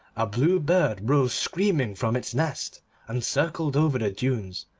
a blue bird rose screaming from its nest and circled over the dunes,